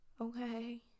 Okay